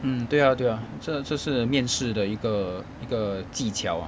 mm 对啊对啊这这是面试的一个一个技巧